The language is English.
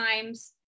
times